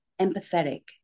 empathetic